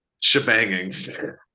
shebangings